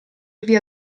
via